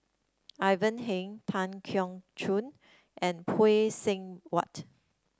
Ivan Heng Tan Keong Choon and Phay Seng Whatt